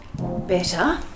Better